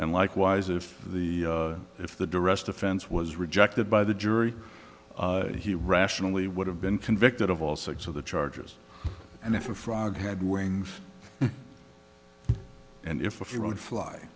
and likewise if the if the duress defense was rejected by the jury he rationally would have been convicted of all six of the charges and if a frog had wings and if you rode fly